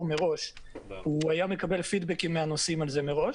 מראש הוא היה מקבל פיד בקים מהנוסעים מראש,